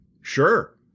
Sure